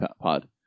pod